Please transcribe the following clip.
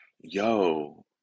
yo